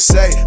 Say